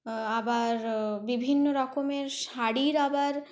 আবার বিভিন্ন রকমের শাড়ির আবার